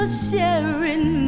sharing